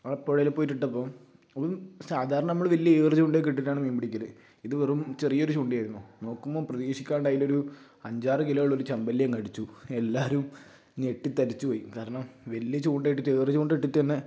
ആ പുഴയിൽ പോയിട്ട് ഇട്ടപ്പോൾ അതും സാധാരണ നമ്മൾ വലിയ ഏറ് ചൂണ്ടയൊക്കെ ഇട്ടിട്ടാണ് മീൻ പിടിക്കല് ഇത് വെറും ചെറിയൊരു ചൂണ്ടയായിരുന്നു നോക്കുമ്പോൾ പ്രതീക്ഷിക്കാണ്ടതിലൊരു അഞ്ചാറ് കിലോ ഉള്ളൊരു ചെമ്പല്ലി അങ്ങ് അടിച്ചു എല്ലാവരും ഞെട്ടിത്തരിച്ചുപോയി കാരണം വലിയ ചൂണ്ടയിട്ട് ഏറ് ചൂണ്ട ഇട്ടിട്ട് തന്നെ